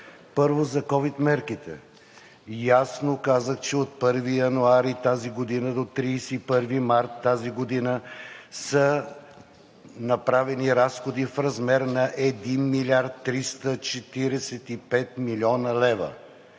Първо, за ковид мерките. Ясно казах, че от 1 януари тази година до 31 март тази година са направени разходи в размер на 1 млрд. 345 млн. лв.